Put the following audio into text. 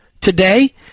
Today